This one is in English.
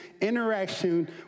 interaction